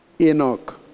Enoch